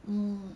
mm